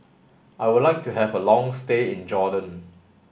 I would like to have a long stay in Jordan